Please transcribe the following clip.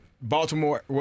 Baltimore